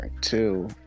two